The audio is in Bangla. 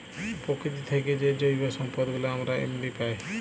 পকিতি থ্যাইকে যে জৈব সম্পদ গুলা আমরা এমলি পায়